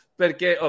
perché